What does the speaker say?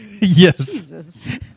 yes